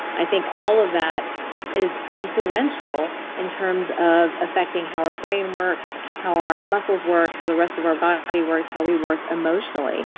i think all of that is influential in terms of affecting how our brain works, how our muscles work, how the rest of our body works, how we work emotionally.